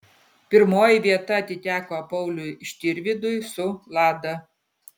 pirmoji vieta atiteko pauliui štirvydui su lada